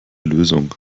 lösung